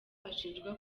ashinjwa